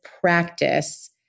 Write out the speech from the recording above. practice